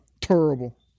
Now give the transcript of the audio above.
Terrible